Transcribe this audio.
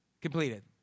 completed